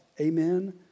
Amen